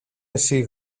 εσύ